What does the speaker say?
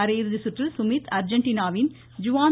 அரையிறுதி சுற்றில் சுமித் அர்ஜென்டினாவின் ஜுவான்